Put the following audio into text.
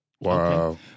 Wow